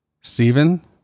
Stephen